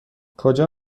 کجا